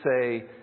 say